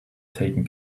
taken